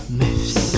myths